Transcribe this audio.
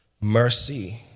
mercy